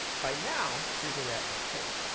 by now, here's where we're at in my story.